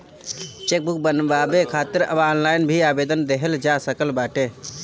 chequebook बनवावे खातिर अब ऑनलाइन भी आवेदन देहल जा सकत बाटे